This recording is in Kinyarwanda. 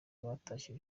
batashye